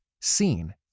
seen